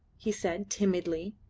he said timidly,